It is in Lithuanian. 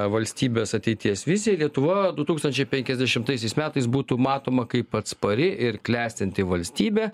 valstybės ateities viziją lietuva du tūkstančiai penkiasdešimtaisiais metais būtų matoma kaip atspari ir klestinti valstybė